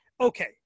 Okay